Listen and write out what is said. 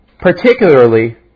particularly